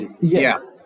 Yes